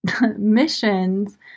missions